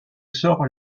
sort